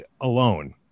alone